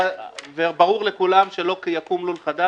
זה ברור לכולם שלא יקום לול חדש,